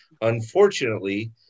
Unfortunately